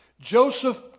Joseph